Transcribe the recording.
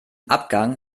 abgang